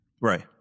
Right